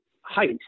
height